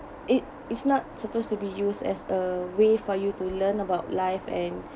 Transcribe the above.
it it's not supposed to be used as a way for you to learn about life and